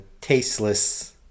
tasteless